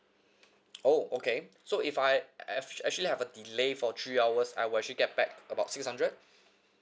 oh okay so if I ac~ actually have a delay for three hours I will actually get back about six hundred